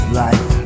life